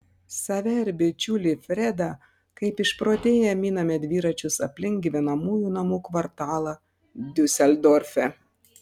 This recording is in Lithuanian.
save ir bičiulį fredą kaip išprotėję miname dviračius aplink gyvenamųjų namų kvartalą diuseldorfe